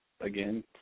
again